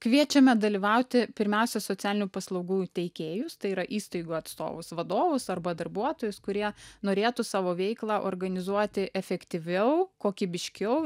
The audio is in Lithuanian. kviečiame dalyvauti pirmiausia socialinių paslaugų teikėjus tai yra įstaigų atstovus vadovus arba darbuotojus kurie norėtų savo veiklą organizuoti efektyviau kokybiškiau